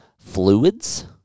fluids